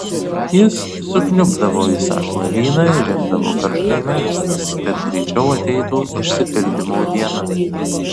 jis sukniubdavo į sąšlavyną ir imdavo karštai melstis kad greičiau ateitų išsipildymo diena